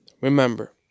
remember